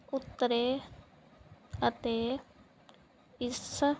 ਉੱਤਰੇ ਅਤੇ ਇਸ